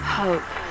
hope